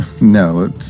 No